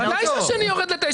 ודאי שהשני יורד ל-9.